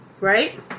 Right